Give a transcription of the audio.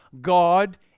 God